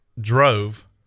drove